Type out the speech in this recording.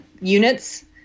units